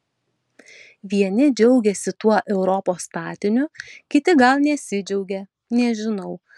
vieni džiaugiasi tuo europos statiniu kiti gal nesidžiaugia nežinau